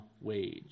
wage